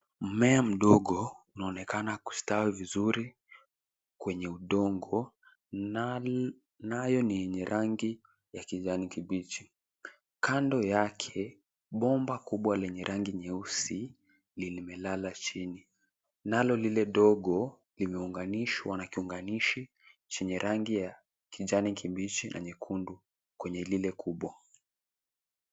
Mmea mdogo unaonekana kustawi vizuri kwenye udongo nayo ni yenye rangi ya kijani kibichi. Kando yake, bomba kubwa lenye rangi nyeusi limelala chini nalo lile ndogo imeunganishwa na kiunganishi chenye rangi ya kijani kibichi na nyekundu kwenye lile kubwa.